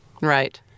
Right